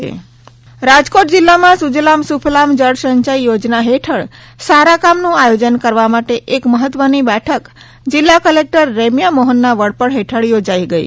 રાજકોટ સુજલામ સુફલામ યોજના ની શરૂઆત રાજકોટ જિલ્લા માં સુજલામ સુફલામ જળસંચય યોજના હેઠળ સારા કામ નું આયોજન કરવા માટે એક મહત્વ ની બેઠક જિલ્લા કલેક્ટર રેમ્યા મોહનના વડપણ હેઠળ યોજાઇ ગઈ